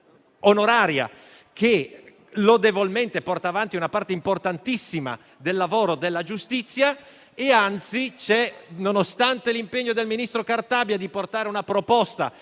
onoraria, che lodevolmente porta avanti una parte importantissima del lavoro della giustizia, e anzi, nonostante l'impegno del ministro Cartabia di portare una proposta